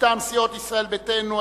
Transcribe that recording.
מטעם סיעות ישראל ביתנו,